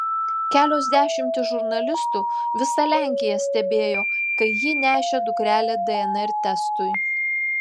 kelios dešimtys žurnalistų visa lenkija stebėjo kai ji nešė dukrelę dnr testui